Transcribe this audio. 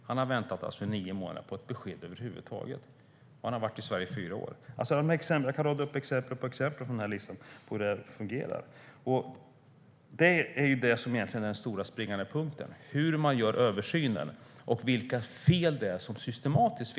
Han har väntat i nio månader på ett besked över huvud taget. Han har varit i Sverige i fyra år. Jag kan rada upp exempel på exempel från listan på hur det fungerar. Den springande punkten handlar om hur man gör översynen och vilka fel som är systematiska.